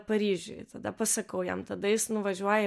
paryžiuj tada pasakau jam tada jis nuvažiuoja į